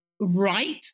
Right